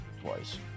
twice